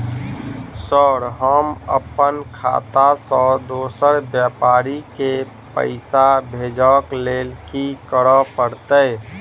Sir हम अप्पन खाता सऽ दोसर व्यापारी केँ पैसा भेजक लेल की करऽ पड़तै?